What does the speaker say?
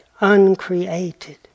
uncreated